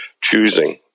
choosing